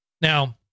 Now